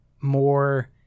more